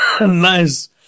nice